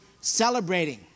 celebrating